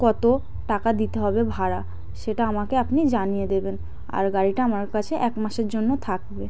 কত টাকা দিতে হবে ভাড়া সেটা আমাকে আপনি জানিয়ে দেবেন আর গাড়িটা আমার কাছে এক মাসের জন্য থাকবে